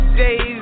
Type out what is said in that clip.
days